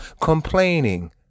complaining